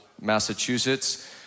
Massachusetts